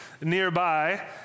nearby